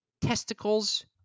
testicles